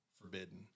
forbidden